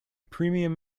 premium